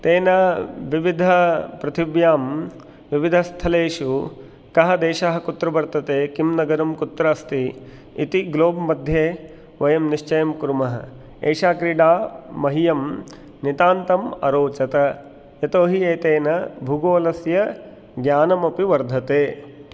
तेन विविधपृथिव्यां विविधस्थलेषु कः देशः कुत्र वर्तते किं नगरं कुत्र अस्ति इति ग्लोब् मध्ये वयं निश्चयं कुर्मः एषा क्रीडा मह्यं नितान्तम् अरोचत यतोहि एतेन भूगोलस्य ज्ञानमपि वर्धते